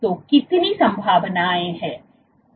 तो कितनी संभावनाएं हैं